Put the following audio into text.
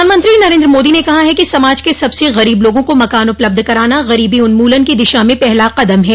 प्रधानमंत्री नरेन्द्र मोदी ने कहा है कि समाज के सबसे गरीब लोगों को मकान उपलब्ध कराना गरीबी उन्मूलन को दिशा में पहला कदम है